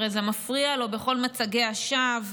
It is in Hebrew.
הרי זה מפריע לו בכל מצגי השווא.